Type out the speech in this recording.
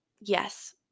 Yes